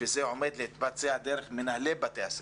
שזה עומד להתבצע דרך מנהלי בתי הספר.